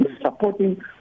supporting